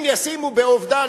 אם ישימו ב"עובדה",